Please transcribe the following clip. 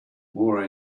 more